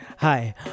Hi